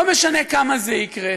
ולא משנה כמה זה יקרה,